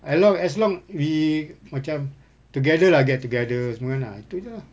as long as long we macam together lah get together itu semua kan itu jer lah